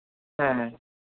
ᱦᱮᱸ ᱦᱮᱸ